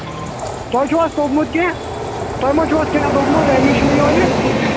توہہِ چھُو حظ توٚگمُت کینٛہہ توہہِ ما چھُو وس کینٛہہ دوٚپمُت اَمے چھُنہٕ یِوان یہِ